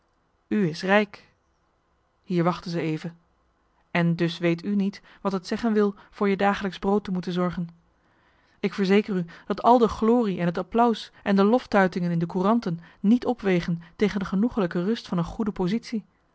is rijk hier wachtte ze even en dus weet u niet wat het zeggen wil voor je dagelijksch brood te moeten zorgen ik verzeker u dat al de glorie en het applaus en de loftuitingen in de couranten niet opwegen tegen de genoegelijke rust van een goede positie